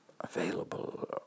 available